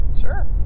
Sure